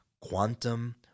quantum